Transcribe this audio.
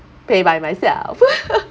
pay by myself